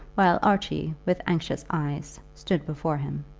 while archie, with anxious eyes, stood before him.